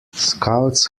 scouts